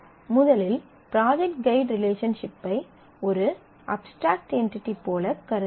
முதலில் project guide ரிலேஷன்ஷிப்பை ஒரு அப்ஸ்ட்ராக்ட் என்டிடி போல கருதலாம்